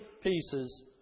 pieces